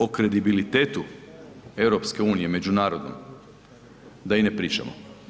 O kredibilitetu EU međunarodne da i ne pričamo.